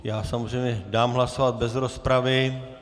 Já samozřejmě dám hlasovat bez rozpravy.